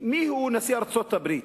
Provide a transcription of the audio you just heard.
מיהו בעצם נשיא ארצות-הברית,